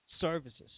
services